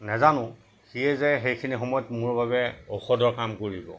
নাজানো সিয়ে যে সেইখিনি সময়ত মোৰ বাবে ঔষধৰ কাম কৰিব